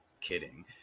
kidding